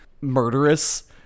murderous